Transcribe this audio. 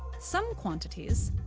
some quantities,